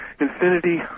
infinity